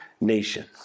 nation